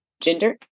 gender